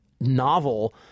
novel